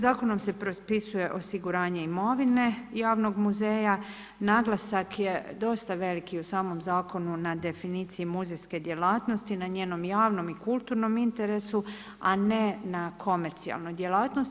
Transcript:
Zakonom se propisuje osiguranje imovine javnog muzeja, naglasak je dosta veliki u samom zakonu na definiciji muzejske djelatnosti na njenom javnom i kulturnom interesu, a ne na komercijalnoj djelatnosti.